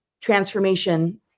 transformation